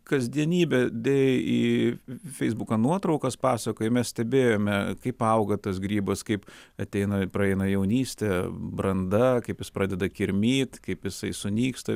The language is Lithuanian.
kasdienybę dėjai į feisbuką nuotraukas pasakojai mes stebėjome kaip auga tas grybas kaip ateina ir praeina jaunystė branda kaip jis pradeda kirmyt kaip jisai sunyksta